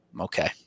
okay